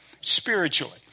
spiritually